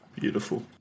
Beautiful